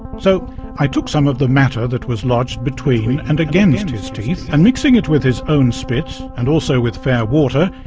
so i took some of the matter that was lodged between and against his teeth, and mixing it with his own spit and also with fair water,